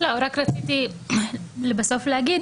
רק רציתי לבסוף להגיד